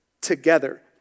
Together